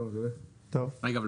רגע,